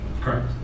Correct